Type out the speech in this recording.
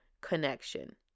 connection